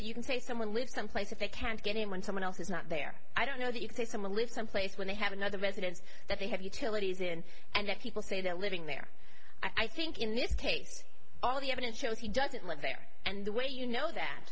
that you can say someone lives someplace if they can't get in when someone else is not there i don't know that you say someone lives someplace when they have another residence that they have utilities in and that people say they're living there i think in this case all the evidence shows he doesn't live there and the way you know that